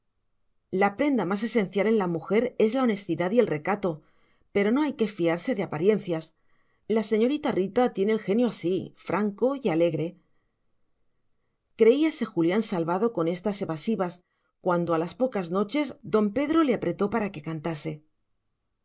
la prenda más esencial en la mujer es la honestidad y el recato pero no hay que fiarse de apariencias la señorita rita tiene el genio así franco y alegre creíase julián salvado con estas evasivas cuando a las pocas noches don pedro le apretó para que cantase